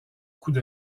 coups